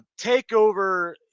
Takeover